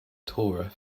torah